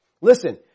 Listen